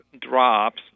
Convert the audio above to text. drops